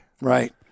Right